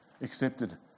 accepted